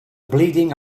bleeding